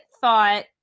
thought